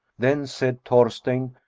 then said thorsteinn,